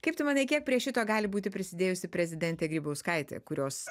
kaip tu manai kiek prie šito gali būti prisidėjusi prezidentė grybauskaitė kurios